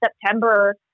September